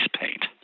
paint